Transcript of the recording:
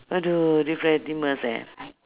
oh no different animals eh